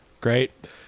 Great